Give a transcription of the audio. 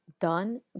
done